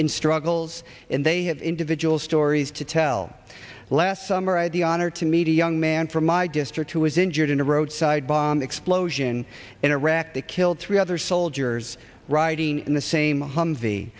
in struggles and they have individual stories to tell last summer i d honor to meet a young man from my district who was injured in a roadside bomb explosion in iraq that killed three other soldiers riding in the same humvee